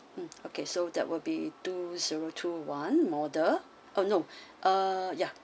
mm okay so that will be two zero two one model or no uh ya